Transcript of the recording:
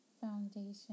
foundation